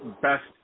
best